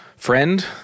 Friend